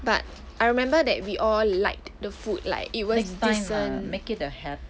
but I remember that we all liked the food like it was decent